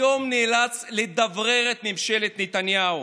היום נאלץ לדברר את ממשלת נתניהו.